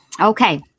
Okay